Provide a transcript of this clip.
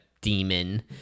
demon